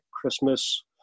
Christmas